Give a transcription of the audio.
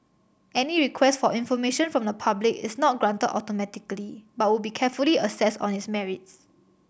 any request for information from the public is not granted automatically but would be carefully assessed on its merits